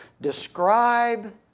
describe